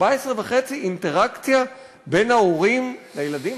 14.5 דקות אינטראקציה בין ההורים לילדים,